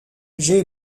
j’ai